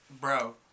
bro